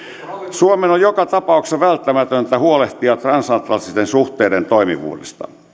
suomen on joka tapauksessa välttämätöntä huolehtia transatlanttisten suhteiden toimivuudesta